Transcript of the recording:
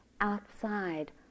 outside